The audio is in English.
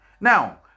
Now